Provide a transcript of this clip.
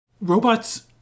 Robots